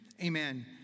Amen